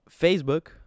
Facebook